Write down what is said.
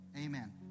amen